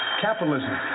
capitalism